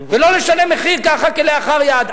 ולא לשלם מחיר ככה, כלאחר יד.